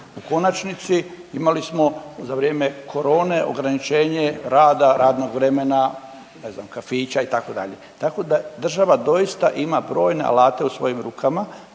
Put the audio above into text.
U konačnici imali smo za vrijeme korone ograničenje rada, radnog vremena, ne znam kafića itd., tako da država doista ima brojne alate u svojim rukama